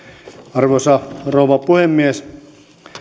arvoisa rouva puhemies